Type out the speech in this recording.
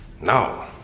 No